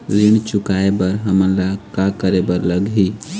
ऋण चुकाए बर हमन ला का करे बर लगही?